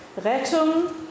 Rettung